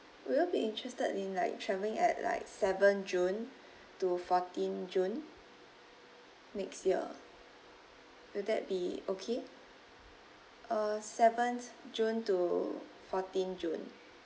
will you be interested in like travelling at like seven june to fourteen june next year will that be okay uh seventh june to fourteen june